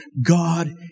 God